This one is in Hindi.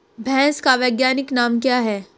भैंस का वैज्ञानिक नाम क्या है?